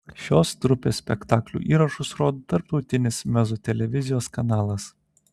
šios trupės spektaklių įrašus rodo tarptautinis mezzo televizijos kanalas